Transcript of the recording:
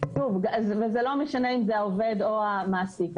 זה לא משנה אם זה העובד או המעסיק.